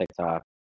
TikTok